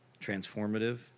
transformative